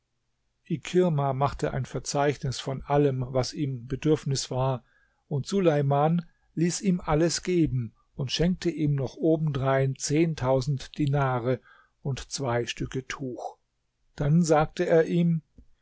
ikirma machte ein verzeichnis von allem was ihm bedürfnis war und suleiman ließ ihm alles geben und schenkte ihm noch obendrein zehntausend dinare und zwei stücke tuch dann sagte er ihm